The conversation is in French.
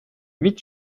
huit